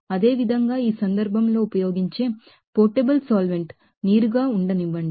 అదేవిధంగా ఈ సందర్భంలో ఉపయోగించే పోర్టబుల్ సాల్వెంట్ నీరు గా ఉండనివ్వండి